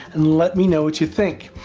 and let me know what you think.